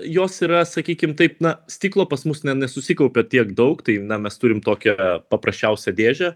jos yra sakykim taip na stiklo pas mus nesusikaupia tiek daug tai na mes turim tokią paprasčiausią dėžę